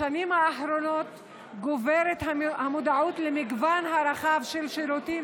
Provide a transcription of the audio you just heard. בשנים האחרונות גוברת המודעות למגוון הרחב של שירותים